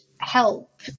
help